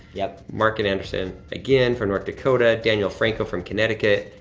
yup. mark and anderson again from north dakota, daniel franco from connecticut,